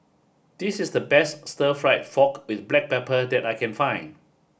this is the best Stir Fry Pork With Black Pepper that I can find